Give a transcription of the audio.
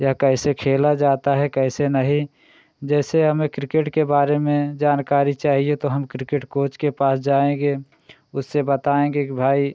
यह कैसे खेला जाता है कैसे नहीं जैसे हमें क्रिकेट के बारे में जानकारी चाहिए तो हम क्रिकेट कोच के पास जाएँगे उससे बताएँगे कि भाई